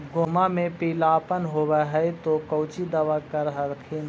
गोहुमा मे पिला अपन होबै ह तो कौची दबा कर हखिन?